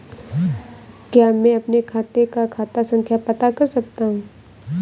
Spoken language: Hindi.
क्या मैं अपने खाते का खाता संख्या पता कर सकता हूँ?